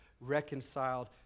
reconciled